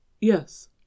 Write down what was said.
Yes